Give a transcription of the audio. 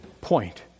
point